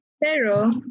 Pero